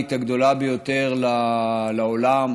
הסוציאלית הגדולה ביותר לעולם,